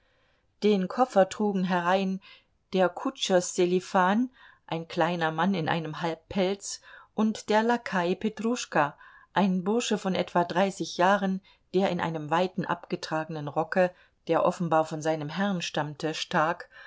den koffer trugen herein der kutscher sselifan ein kleiner mann in einem halbpelz und der lakai petruschka ein bursche von etwa dreißig jahren der in einem weiten abgetragenen rocke der offenbar von seinem herrn stammte stak